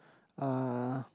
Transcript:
uh